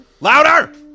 Louder